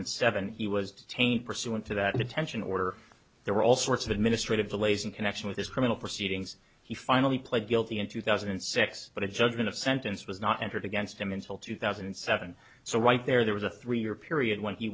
and seven he was detained pursuant to that detention order there were all sorts of administrative delays in connection with his criminal proceedings he finally pled guilty in two thousand and six but a judgment of sentence was not entered against him until two thousand and seven so right there there was a three year period when he